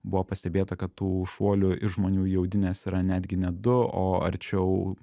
buvo pastebėta kad tų šuolių iš žmonių į audines yra netgi ne du o arčiau